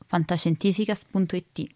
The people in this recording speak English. Fantascientificas.it